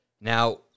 Now